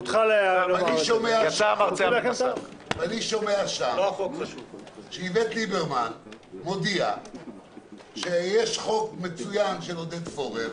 אני שומע שם שאיווט ליברמן מודיע שיש חוק מצוין של עודד פורר